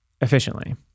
efficiently